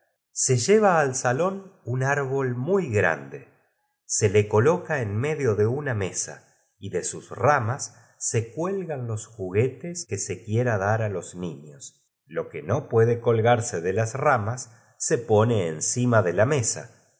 su ausenal salón un árbol muy grande se le coloca en medio de una mesa y de sus ramas se cuelgan los j uguetes que se quiere dar a los niños lo que no puede colgarse de las ramas se pone encima de la mesa